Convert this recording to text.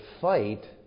fight